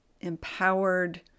empowered